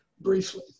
briefly